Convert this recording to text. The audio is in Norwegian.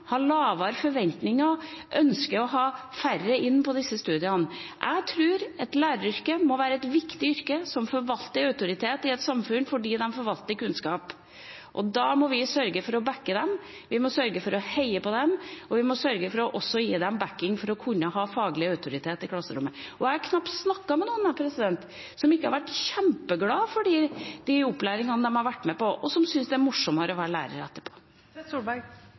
ha lavere forventninger og ved å ønske å ha færre inn på disse studiene. Jeg tror at læreryrket må være et viktig yrke som forvalter autoritet i et samfunn fordi en forvalter kunnskap. Da må vi sørge for å bakke dem opp, vi må sørge for å heie på dem, og vi må også sørge for å gi dem oppbakking for at de skal kunne ha faglig autoritet i klasserommet. Jeg har knapt snakket med noen som ikke har vært kjempeglade for den opplæringen de har vært med på og syns det er morsommere å være lærer etterpå. Torstein Tvedt Solberg